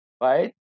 right